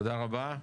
תודה רבה.